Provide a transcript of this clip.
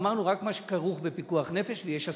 ואמרנו: רק מה שכרוך בפיקוח נפש ויש הסכמה.